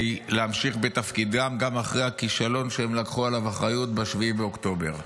להמשיך בתפקידם גם אחרי הכישלון שהם לקחו עליו אחריות ב-7 באוקטובר.